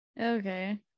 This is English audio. okay